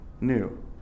new